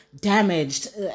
damaged